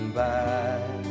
back